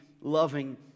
loving